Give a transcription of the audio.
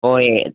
ഓ